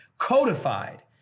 codified